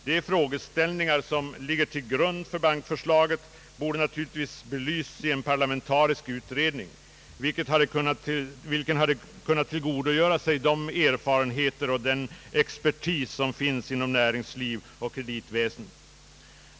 De frågeställningar som ligger till grund för bankförslaget borde naturligtvis ha blivit belysta i en parlamentarisk utredning, vilken hade kunnat tillgodogöra sig de erfarenheter och den expertis som finns inom näringslivet och kreditväsendet.